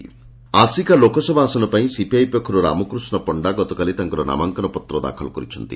ନାମାଙ୍କନପତ୍ର ଦାଖଲ ଆସିକା ଲୋକସଭା ଆସନ ପାଇଁ ସିପିଆଇ ପକ୍ଷରୁ ରାମକୃଷ୍ଡ ପଣ୍ତା ଗତକାଲି ତାଙ୍କର ନାମାଙ୍କନପତ୍ର ଦାଖଲ କରିଛନ୍ତି